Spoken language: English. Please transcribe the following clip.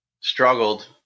struggled